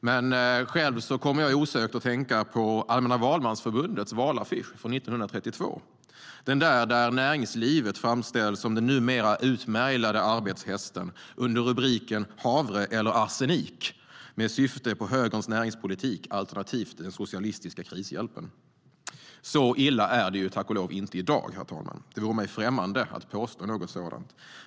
Men själv kommer jag osökt att tänka på Allmänna valmansförbundets valaffisch från 1932, där näringslivet framställs som den numera utmärglade arbetshästen under rubriken: Havre eller arsenik. Man syftade på Högerns näringspolitik alternativt den socialistiska krishjälpen. Så illa är det tack och lov inte i dag, herr talman. Det vore mig främmande att påstå något sådant.